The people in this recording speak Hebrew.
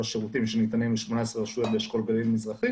השירותים שניתנים ל-18 רשויות באשכול גליל מזרחי